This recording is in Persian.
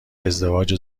ازدواج